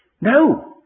No